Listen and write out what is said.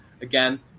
again